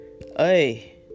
Hey